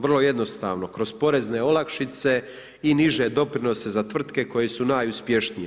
Vrlo jednostavno kroz porezne olakšice i niže doprinose za tvrtke koje su najuspješnije.